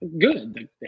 Good